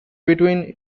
between